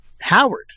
Howard